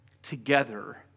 Together